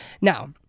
Now